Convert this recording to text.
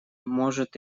может